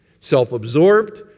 self-absorbed